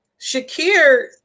Shakir